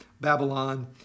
Babylon